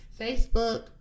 Facebook